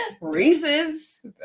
Reese's